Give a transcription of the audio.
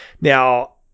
Now